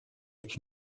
avec